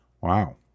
Wow